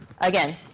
again